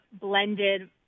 blended